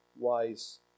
wise